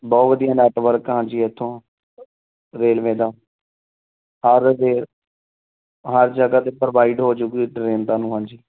ਬਹੁਤ ਵਧੀਆ ਨੈਟਵਰਕ ਆ ਹਾਂਜੀ ਇੱਥੋਂ ਰੇਲਵੇ ਦਾ ਹਰ ਰੇ ਹਰ ਜਗ੍ਹਾ 'ਤੇ ਪ੍ਰੋਵਾਈਡ ਹੋਜੂਗੀ ਟਰੇਨ ਤੁਹਾਨੂੰ ਹਾਂਜੀ